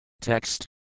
Text